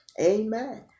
Amen